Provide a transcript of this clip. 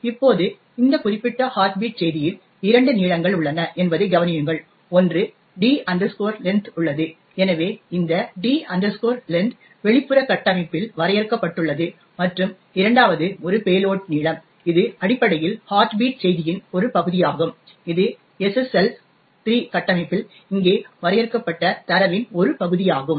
இப்போது இந்த குறிப்பிட்ட ஹார்ட் பீட் செய்தியில் இரண்டு நீளங்கள் உள்ளன என்பதைக் கவனியுங்கள் ஒன்று d length உள்ளது எனவே இந்த d length வெளிப்புற கட்டமைப்பில் வரையறுக்கப்பட்டுள்ளது மற்றும் இரண்டாவது ஒரு பேலோட் நீளம் இது அடிப்படையில் ஹார்ட் பீட் செய்தியின் ஒரு பகுதியாகும் இது SSL 3 கட்டமைப்பில் இங்கே வரையறுக்கப்பட்ட தரவின் ஒரு பகுதியாகும்